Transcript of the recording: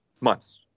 months